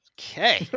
Okay